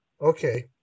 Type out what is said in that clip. okay